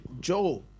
joe